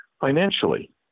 financially